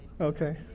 Okay